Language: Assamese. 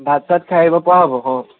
ভাত চাত খাই আহিব পৰা হ'ব অঁ